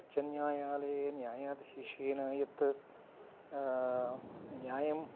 उच्चन्यायालये न्यायाधिशेन यत् न्यायं